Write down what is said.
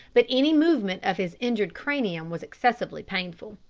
but any movement of his injured cranium was excessively painful.